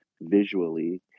visually